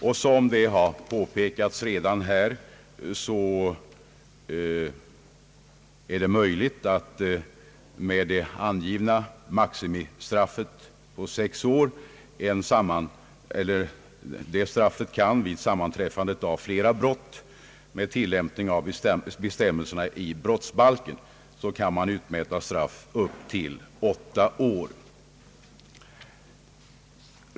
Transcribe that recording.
Såsom redan påpekats, är det möjligt att vid sammanträffande av flera brott med tillämpning av bestämmelserna i brottsbalken utmäta straff på upp till åtta år.